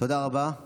תודה רבה.